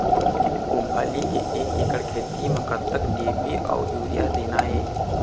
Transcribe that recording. मूंगफली के एक एकड़ खेती म कतक डी.ए.पी अउ यूरिया देना ये?